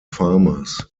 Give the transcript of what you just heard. farmers